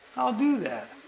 i'll do that.